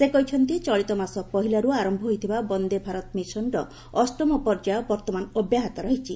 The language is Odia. ସେ କହିଛନ୍ତି ଚଳିତ ମାସ ପହିଲାରୁ ଆରମ୍ଭ ହୋଇଥିବା ବନ୍ଦେ ଭାରତ ମିଶନ୍ର ଅଷ୍ଟମ ପର୍ଯ୍ୟାୟ ବର୍ତ୍ତମାନ ଅବ୍ୟାହତ ରହିଛି